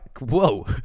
whoa